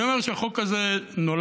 אני אומר שהחוק הזה נולד